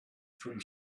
from